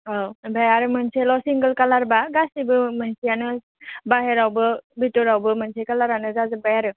ओमफ्राय आरो मोनसेल' सिंगोल कालारबा गासैबो मोनसेयानो बाहेरावबो भिटरावबो मोनसे कालारानो जाजोब्बाय आरो